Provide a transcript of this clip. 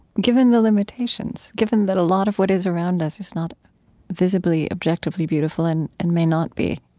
given the limitations, given that a lot of what is around us is not visibly, objectively beautiful and and may not be?